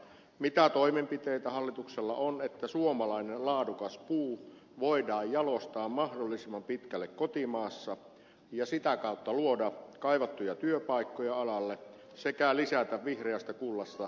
mitä toimenpiteitä hallituksella on että suomalainen laadukas puu voidaan jalostaa mahdollisimman pitkälle kotimaassa ja sitä kautta luoda kaivattuja työpaikkoja alalle sekä lisätä vihreästä kullasta saatavia vientituloja